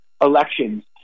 elections